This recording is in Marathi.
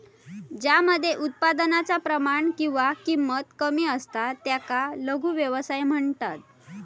ज्या मध्ये उत्पादनाचा प्रमाण किंवा किंमत कमी असता त्याका लघु व्यवसाय म्हणतत